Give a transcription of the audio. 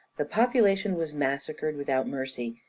the population was massacred without mercy,